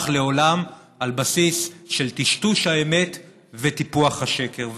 לעולם על בסיס של טשטוש האמת וטיפוח השקר.